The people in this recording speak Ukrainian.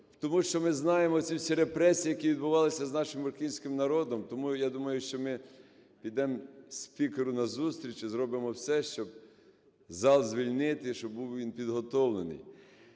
тому що ми знаємо ці всі репресії, які відбувалися з нашим українським народом. Тому я думаю, що ми підемо спікеру назустріч і зробимо все, щоб зал звільнити і щоб був він підготовлений.